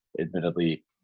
admittedly